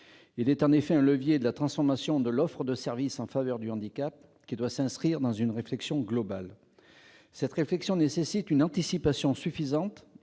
Il constitue un levier pour la transformation de l'offre de services en faveur des personnes handicapées, qui doit s'inscrire dans une réflexion globale. Cette réflexion nécessite une anticipation suffisante